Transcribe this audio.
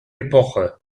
epoche